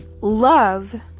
love